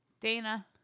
Dana